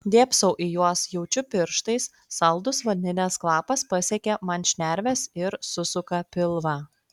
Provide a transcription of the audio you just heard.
dėbsau į juos jaučiu pirštais saldus vanilės kvapas pasiekia man šnerves ir susuka pilvą